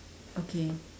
okay